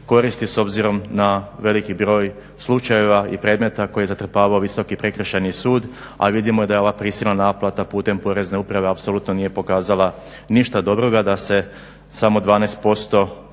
koristi s obzirom na veliki broj slučajeva i predmeta koji je zatrpavao Visoki prekršajni sud a vidimo da je ova prisilna naplata putem porezne upravne apsolutno nije pokazala ništa dobroga da se samo 12%